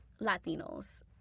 Latinos